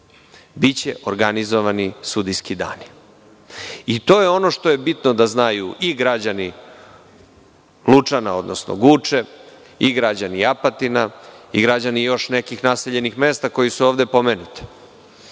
biće organizovani sudijski dani. To je ono što je bitno da znaju i građani Lučana, odnosno Guče i građani Apatina i još nekih naseljenih mesta koja su ovde pomenuta.